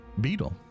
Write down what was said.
Beetle